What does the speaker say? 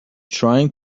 trying